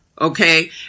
Okay